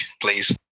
please